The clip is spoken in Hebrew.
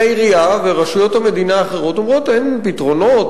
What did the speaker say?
והעירייה ורשויות המדינה האחרות אומרות: אין פתרונות,